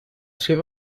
sido